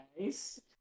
nice